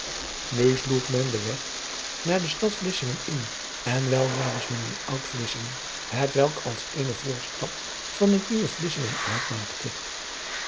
u sloeg men den weg naar de stad lissingen in en weldra was men in oud lissingen hetwelk als eene voorstad van het nieuw lissingen uitmaakte